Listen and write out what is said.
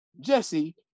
Jesse